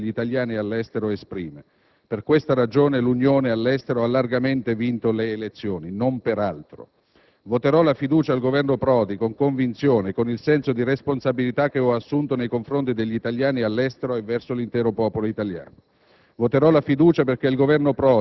di chiarezza che la grande maggioranza degli italiani all'estero esprime. Per questa ragione l'Unione all'estero ha largamente vinto le elezioni, non per altro. Voterò la fiducia al Governo Prodi con convinzione e con il senso di responsabilità che ho assunto nei confronti degli italiani all'estero e verso l'intero popolo italiano.